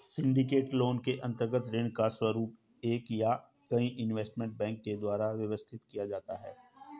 syndicated loan के अंतर्गत ऋण का स्वरूप एक या कई इन्वेस्टमेंट बैंक के द्वारा व्यवस्थित किया जाता है